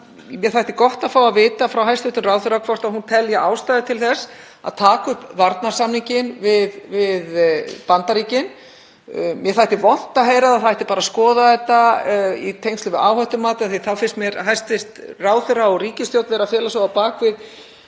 Mér þætti gott að fá að vita frá hæstv. ráðherra hvort hún telji ástæðu til þess að taka upp varnarsamninginn við Bandaríkin. Mér þætti vont að heyra að einungis ætti að skoða þetta í tengslum við áhættumat því að þá finnst mér hæstv. ráðherra og ríkisstjórnin vera að fela sig á bak við